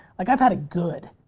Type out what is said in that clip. like i've had it good,